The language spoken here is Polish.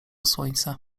słońce